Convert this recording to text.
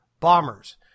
Bombers